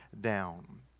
down